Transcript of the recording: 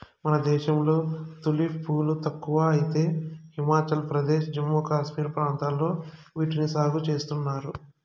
మన దేశంలో తులిప్ పూలు తక్కువ అయితే హిమాచల్ ప్రదేశ్, జమ్మూ కాశ్మీర్ ప్రాంతాలలో వీటిని సాగు చేస్తున్నారు